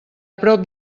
prop